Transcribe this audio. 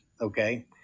okay